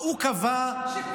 הוא קבע,